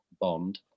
Bond